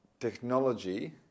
technology